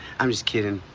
i'm just kidding.